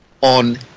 on